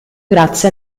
grazie